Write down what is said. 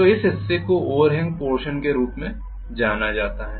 तो इस हिस्से को ओवरहेंग पोर्षन के रूप में जाना जाता है